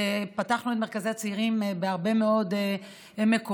פתחנו את מרכזי הצעירים בהרבה מאוד מקומות,